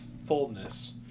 fullness